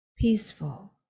peaceful